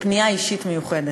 פנייה אישית מיוחדת.